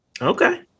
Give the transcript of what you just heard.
Okay